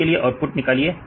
इसलिए आउटपुट निकालिए